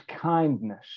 kindness